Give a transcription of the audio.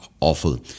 awful